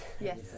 Yes